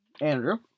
Andrew